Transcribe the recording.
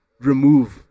remove